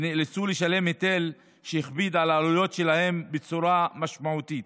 שנאלצו לשלם היטל שהכביד על העלויות שלהם בצורה משמעותית,